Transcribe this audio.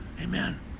amen